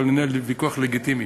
ינהל ויכוח לגיטימי.